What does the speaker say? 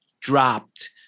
dropped